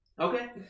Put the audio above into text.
Okay